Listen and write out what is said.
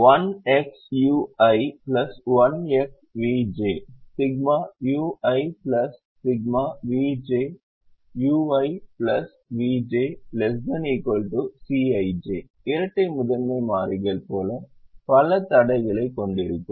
எனவே ∑ ui ∑ vj ui vj ≤ Cij இரட்டை முதன்மை மாறிகள் போல பல தடைகளைக் கொண்டிருக்கும்